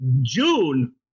June